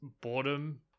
boredom